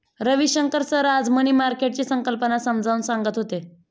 Ravishankar sir आज money मार्केटची संकल्पना समजावून सांगत होते